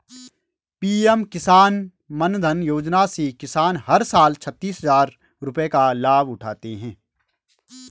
PM Kisan Maandhan Yojana से किसान हर साल छतीस हजार रुपये का लाभ उठाते है